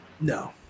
no